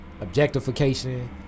objectification